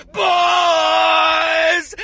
boys